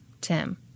Tim